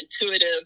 intuitive